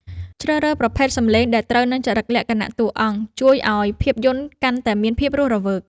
ជ្រើសរើសប្រភេទសំឡេងដែលត្រូវនឹងចរិតលក្ខណៈតួអង្គជួយឱ្យភាពយន្តកាន់តែមានភាពរស់រវើក។